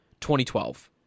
2012